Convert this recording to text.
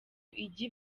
ijye